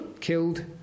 killed